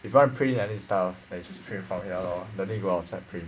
if you want to print any stuff can just print from here lor don't need to go outside print